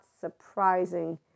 surprising